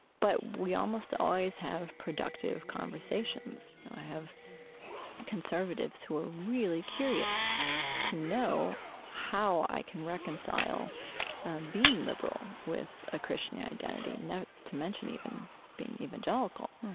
but we almost always have productive conservations. i have conservatives who are really curious to know how i can reconcile being liberal with a christian yeah identity, not to mention even being evangelical.